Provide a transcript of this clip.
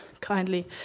kindly